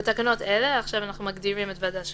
"בתקנות אלה, "ועדת שחרורים"